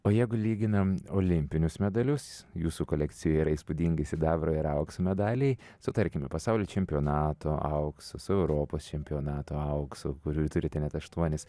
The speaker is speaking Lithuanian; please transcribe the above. o jeigu lyginam olimpinius medalius jūsų kolekcijoje yra įspūdingi sidabro ir aukso medaliai su tarkime pasaulio čempionato auksu su europos čempionato auksu kurių turite net aštuonis